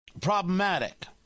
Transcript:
problematic